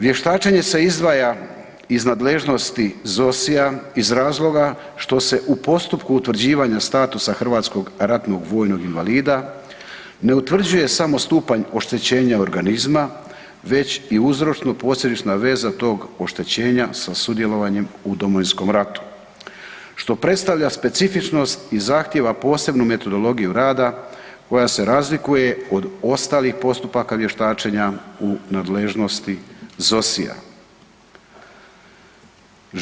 Vještačenje se izdvaja iz nadležnosti ZOSI-ja iz razloga što se u postupku utvrđivanja statusa hrvatskog ratnog vojnog invalida ne utvrđuje samo stupanj oštećenja organizma već i uzročno-posljedična veza tog oštećenja sa sudjelovanjem u Domovinskom ratu što predstavlja za specifičnost i zahtijeva posebnu metodologiju rada koja se razlikuje od ostalih postupaka vještačenja u nadležnosti ZOSI-ja.